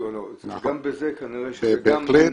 גם בזה יש --- נכון.